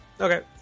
Okay